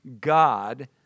God